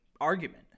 argument